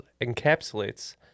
encapsulates